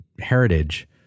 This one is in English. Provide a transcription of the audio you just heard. heritage